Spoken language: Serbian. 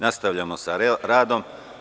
Nastavljamo sa radom.